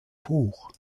hoch